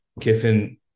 Kiffin